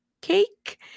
cake